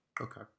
Okay